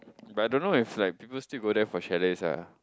but I don't know if like people still go there for chalets ah